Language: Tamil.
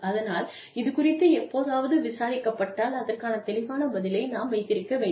அதனால் இது குறித்து எப்போதாவது விசாரிக்கப்பட்டால் அதற்கான தெளிவான பதிலை நாம் வைத்திருக்க வேண்டும்